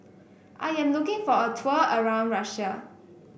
I am looking for a tour around Russia